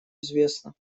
известна